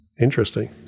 Interesting